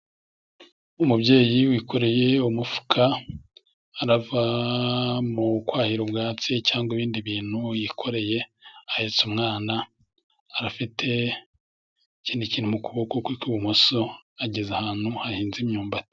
Umubyeyi wikoreye umufuka, arava mu kwahira ubwatsi cyangwa ibindi bintu yikoreye. Ahetse umwana, afite ikindi kintu mu kuboko kwe kw'ibumoso, ageze ahantu hahinze imyumbati.